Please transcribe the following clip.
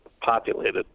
populated